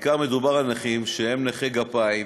בעיקר מדובר על נכים שהם נכי גפיים,